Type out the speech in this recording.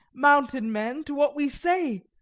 mountain men, to what we say,